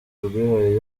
rwihaye